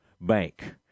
Bank